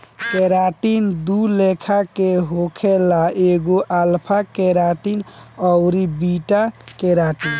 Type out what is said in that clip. keratin दू लेखा के होखेला एगो अल्फ़ा केराटिन अउरी बीटा केराटिन